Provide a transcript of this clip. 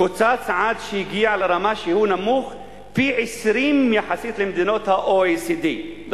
קוצץ עד שהגיע לרמה שבה במדינות ה-OECD הוא פי-20,